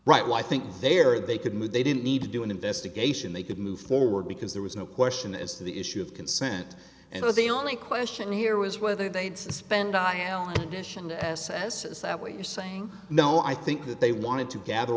right well i think they are they could move they didn't need to do an investigation they could move forward because there was no question as to the issue of consent it was the only question here was whether they'd suspend i own admission to s s is that what you're saying no i think that they wanted to gather